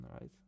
right